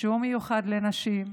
שהוא מיוחד לנשים,